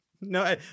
No